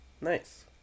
Nice